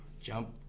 jump